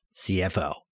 CFO